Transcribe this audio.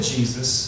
Jesus